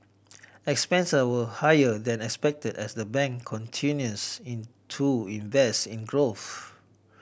expense were higher than expected as the bank continues into invest in growth